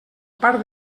parc